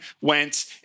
went